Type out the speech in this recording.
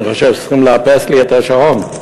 אני חושב שצריכים לאפס לי את השעון.